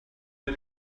the